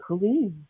please